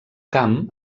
camp